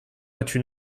battu